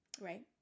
Right